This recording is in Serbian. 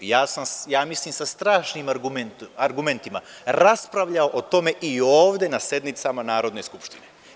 Ja sam sa strašnim argumentima, raspravlja o tome i ovde na sednicama Narodne skupštine.